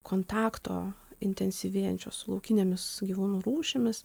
kontakto intensyvėjančio su laukinėmis gyvūnų rūšimis